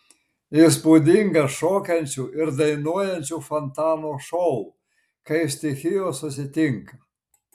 įspūdingas šokančių ir dainuojančių fontanų šou kai stichijos susitinka